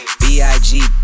B-I-G